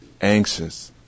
anxious